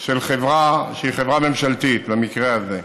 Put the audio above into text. של חברה שהיא חברה ממשלתית, למקרה הזה.